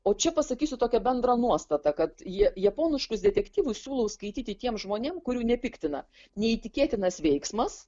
o čia pasakysiu tokią bendrą nuostatą kad ja japoniškus detektyvus siūlau skaityti tiem žmonėm kurių nepiktina neįtikėtinas veiksmas